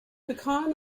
pecan